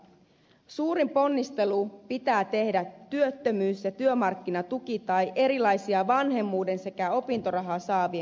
suurin ponnistelu pitää tehdä työttömyys ja työmarkkinatukea sekä erilaisia vanhemmuuden tukia ja opintorahaa saavien kohdalla